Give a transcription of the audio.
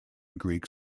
greek